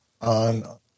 on